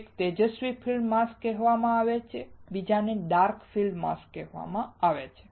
એકને તેજસ્વી field mask કહેવામાં આવે છે બીજાને ડાર્ક ફીલ્ડ માસ્ક કહેવામાં આવે છે